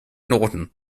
norton